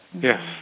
Yes